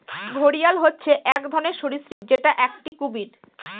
ঘড়িয়াল হচ্ছে এক ধরনের সরীসৃপ যেটা একটি কুমির